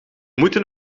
moeten